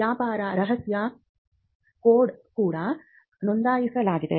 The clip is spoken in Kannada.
ವ್ಯಾಪಾರ ರಹಸ್ಯ ಕೋಡ್ ಕೂಡ ನೋಂದಾಯಿಸಲಾಗಿದೆ